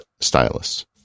stylus